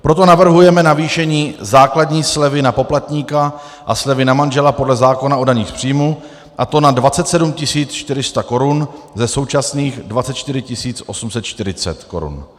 Proto navrhujeme navýšení základní slevy na poplatníka a slevy na manžela podle zákona o dani z příjmů, a to na 27 400 korun ze současných 24 840 korun.